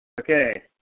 Okay